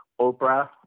Oprah